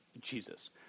Jesus